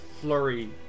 flurry